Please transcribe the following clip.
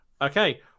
Okay